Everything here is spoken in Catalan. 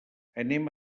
anem